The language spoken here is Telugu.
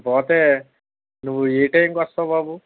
పోతే నువ్వు ఏ టైం కి వస్తావు బాబు